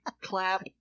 clap